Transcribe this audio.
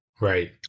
right